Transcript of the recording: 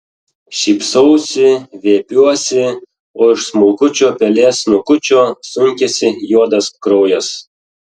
šypsausi viepiuosi o iš smulkučio pelės snukučio sunkiasi juodas kraujas